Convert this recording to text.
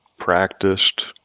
practiced